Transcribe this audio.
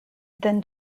then